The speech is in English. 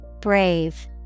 Brave